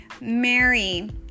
Mary